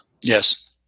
Yes